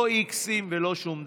לא איקסים ולא שום דבר.